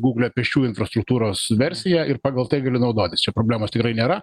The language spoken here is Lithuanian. gugle pėsčiųjų infrastruktūros versiją ir pagal tai gali naudotis čia problemos tikrai nėra